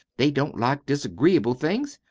they don't like disagreeable things.